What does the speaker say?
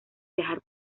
viajar